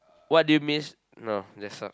what do you miss no that's tough